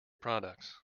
products